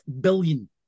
billion